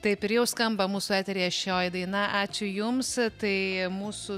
taip ir jau skamba mūsų eteryje šioji daina ačiū jums tai mūsų